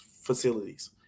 facilities